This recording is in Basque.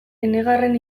enegarren